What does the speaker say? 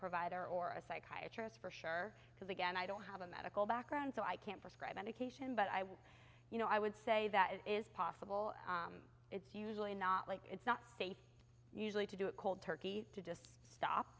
provider or a psychiatry is for sure because again i don't have a medical background so i can't prescribe medication but i you know i would say that it is possible it's usually not like it's not safe usually to do it cold turkey to just stop